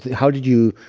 how did you?